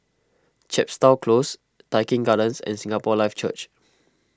Chepstow Close Tai Keng Gardens and Singapore Life Church